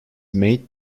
mate